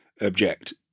Object